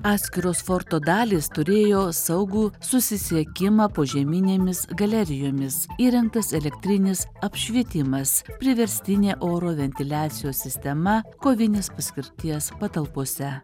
atskiros forto dalys turėjo saugų susisiekimą požeminėmis galerijomis įrengtas elektrinis apšvietimas priverstinė oro ventiliacijos sistema kovinės paskirties patalpose